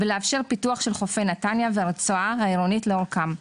ולאפשר פיתוח של חופי נתניה והרצועה העירונית לאורכם,